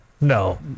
No